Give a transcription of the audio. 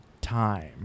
time